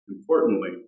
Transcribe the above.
Importantly